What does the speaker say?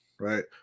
right